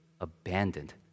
abandoned